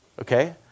okay